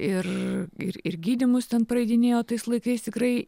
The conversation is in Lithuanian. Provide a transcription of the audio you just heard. ir ir ir gydymus ten praeidinėjo tais laikais tikrai